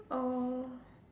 oh